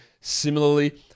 similarly